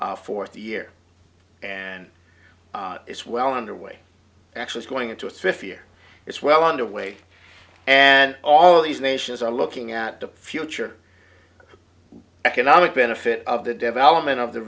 s fourth year and it's well underway actually going into a fifth year it's well underway and all these nations are looking at the future economic benefit of the development of the